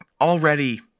already